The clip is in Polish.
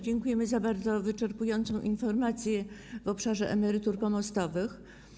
Dziękujemy za bardzo wyczerpującą informację w obszarze emerytur pomostowych.